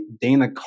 Dana